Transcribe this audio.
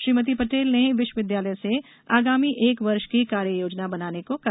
श्रीमती पटेल ने विश्वविद्यालय से आगामी एक वर्ष की कार्ययोजना बनाने को कहा